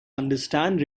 understand